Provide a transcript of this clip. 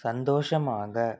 சந்தோஷமாக